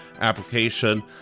application